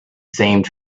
seemed